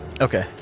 Okay